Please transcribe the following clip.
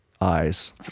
eyes